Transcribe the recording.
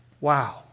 Wow